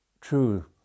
true